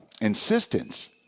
insistence